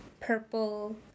purple